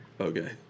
Okay